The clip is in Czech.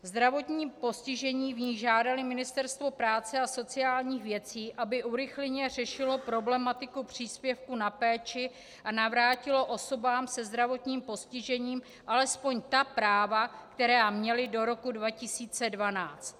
Zdravotně postižení v ní žádali Ministerstvo práce a sociálních věcí, aby urychleně řešilo problematiku příspěvků na péči a navrátilo osobám se zdravotním postižením alespoň ta práva, která měly do roku 2012.